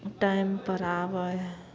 time पर आबै हइ